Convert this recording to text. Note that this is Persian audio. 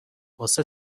واسه